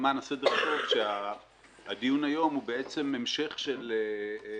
למען הסדר הטוב שהדיון היום הוא המשך של דבר